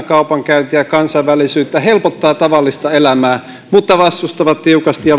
kaupankäyntiä ja kansainvälisyyttä ja helpottaa tavallista elämää mutta vastustavat tiukasti ja